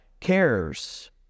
cares